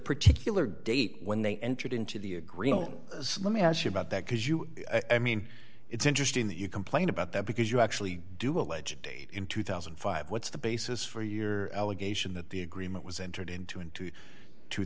particular date when they entered into the agreement let me ask you about that because you i mean it's interesting that you complain about that because you actually do allege a date in two thousand and five what's the basis for your allegation that the agreement was entered into into two